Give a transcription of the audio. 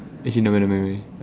eh never mind never mind